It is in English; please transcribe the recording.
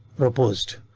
proposed.